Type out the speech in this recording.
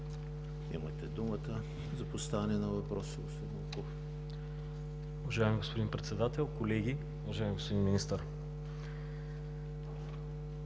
Имате думата за поставяне на въпроса, господин Милков.